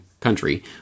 Country